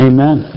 Amen